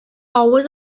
авыз